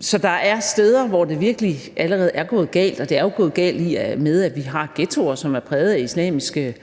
Så der er steder, hvor det virkelig allerede er gået galt. Og det er jo gået galt, i og med at vi har ghettoer, som er præget af islamiske